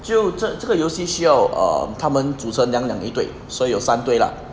就这这个游戏需要 err 他们主成两两一对所以有三对 lah